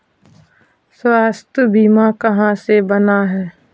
स्वास्थ्य बीमा कहा से बना है?